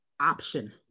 option